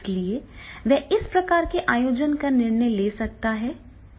इसलिए वह इस प्रकार के आयोजन का निर्णय ले सकता है